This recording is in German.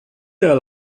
der